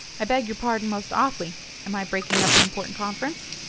i beg your pardon most awfully am i breaking up an important conference?